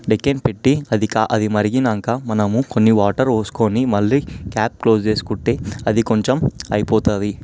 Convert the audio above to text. డక్కన్ పెట్టి అది క మరిగాక మనము కొన్ని వాటర్ పోసుకొని మళ్ళీ క్యాప్ క్లోజ్ చేసుకుంటే అది కొంచెం అయిపోతుంది